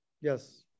Yes